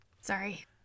Sorry